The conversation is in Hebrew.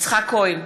יצחק כהן,